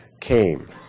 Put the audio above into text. came